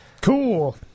Cool